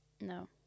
no